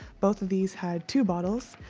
both of these had two bottles,